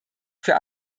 für